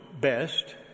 best